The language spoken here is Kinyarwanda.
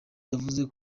yavuze